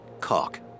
cock